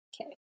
okay